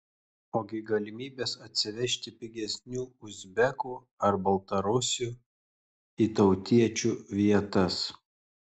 ogi galimybės atsivežti pigesnių uzbekų ar baltarusių į tautiečių vietas